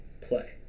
play